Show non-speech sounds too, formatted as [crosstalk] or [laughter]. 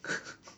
[laughs]